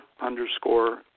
underscore